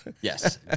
Yes